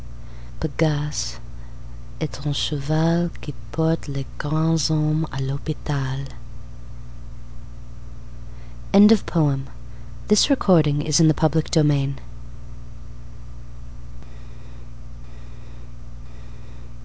est un cheval qui porte les grands hommes à l'hôpital